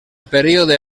període